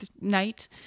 Night